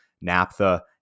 naphtha